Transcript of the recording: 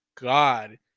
god